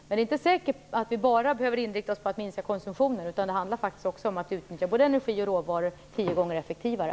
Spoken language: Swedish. Men det är inte säkert att vi bara behöver inrikta oss på att minska konsumtionen. Det handlar faktiskt också om att utnyttja både energi och råvaror tio gånger effektivare.